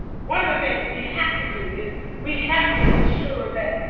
one of the things we have to do is we have to ensure that